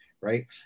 right